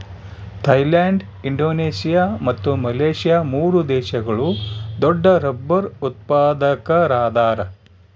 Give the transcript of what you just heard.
Thailand Indonesia ಮತ್ತು Malaysia ಮೂರು ದೇಶಗಳು ದೊಡ್ಡರಬ್ಬರ್ ಉತ್ಪಾದಕರದಾರ